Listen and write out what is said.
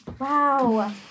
Wow